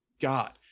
God